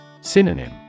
Synonym